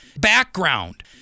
background